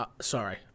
sorry